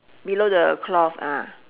below the cloth ah